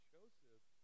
Joseph